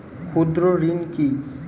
ক্ষুদ্র ঋণ কি?